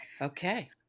Okay